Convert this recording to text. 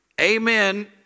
Amen